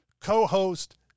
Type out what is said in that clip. co-host